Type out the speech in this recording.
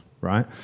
right